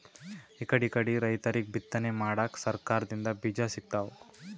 ಇಕಡಿಕಡಿ ರೈತರಿಗ್ ಬಿತ್ತನೆ ಮಾಡಕ್ಕ್ ಸರಕಾರ್ ದಿಂದ್ ಬೀಜಾ ಸಿಗ್ತಾವ್